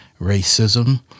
racism